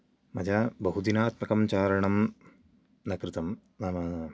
मया बहुदिनात्मकं चारणं न कृतम् नाम